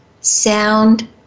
sound